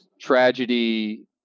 tragedy